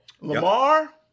Lamar